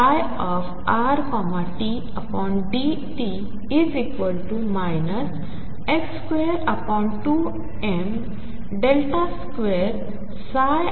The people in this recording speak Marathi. असणारआहे